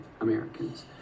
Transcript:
Americans